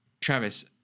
Travis